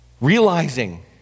realizing